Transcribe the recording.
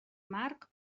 marc